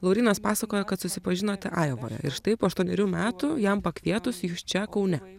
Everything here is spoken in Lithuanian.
laurynas pasakojo kad susipažinote ajovoje ir štai po aštuonerių metų jam pakvietus jus čia kaune